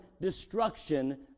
destruction